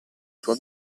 tua